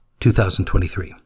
2023